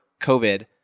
COVID